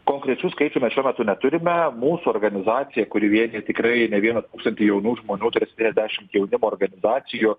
konkrečių skaičių mes šiuo metu neturime mūsų organizacija kuri vienija tikrai ne vieną tūkstantį jaunų žmonių per septyniasdešimt jaunimo organizacijų